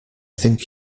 think